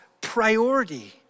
priority